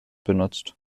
benutzt